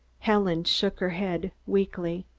helen shook her head weakly.